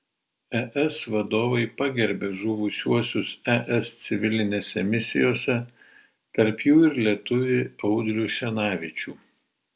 es vadovai pagerbė žuvusiuosius es civilinėse misijose tarp jų ir lietuvį audrių šenavičių